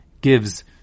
gives